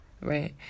Right